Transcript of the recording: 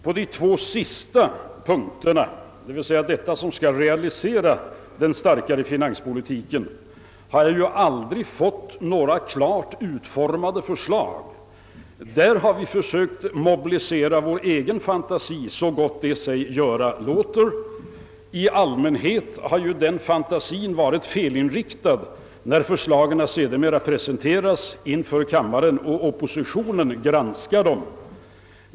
På de två sista punkterna, d. v. s. det som skall realisera den starkare finanspolitiken, har jag aldrig fått några klart utformade förslag från oppositionen. Där har vi försökt mobilisera vår egen fantasi så gott det sig göra låter. I allmänhet har ju denna fantasi varit felinriktad när förslagen sedermera presenterats inför kammaren och oppositionen granskat dem.